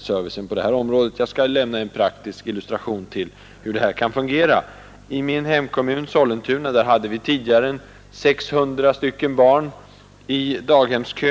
servicen på det här området. Jag skall lämna en praktisk illustration till hur det här kan fungera. I min hemkommun Sollentuna hade vi tidigare 600 barn i daghemskön.